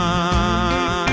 ah